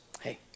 Hey